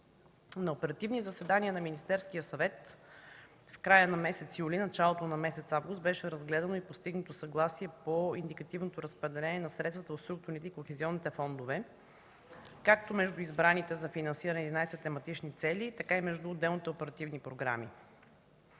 На оперативни заседания на Министерския съвет в края на месец юли и началото на месец август беше разгледано и постигнато съгласие по индикативното разпределение на средствата от структурните и кохезионните фондове както между избраните за финансиране 11 тематични цели, така и между отделните оперативни програми.